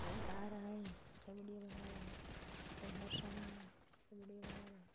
कोन गा रहा है उसका विडियो बना रहा कोई हंस रहा है उसका विडिओ बना रहा है